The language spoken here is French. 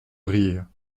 rire